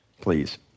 please